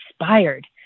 inspired